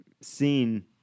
seen